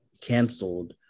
canceled